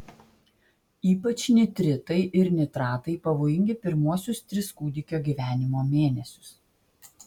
ypač nitritai ir nitratai pavojingi pirmuosius tris kūdikio gyvenimo mėnesius